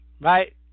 Right